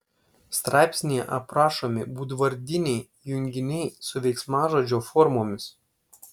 straipsnyje aprašomi būdvardiniai junginiai su veiksmažodžio formomis